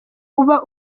uba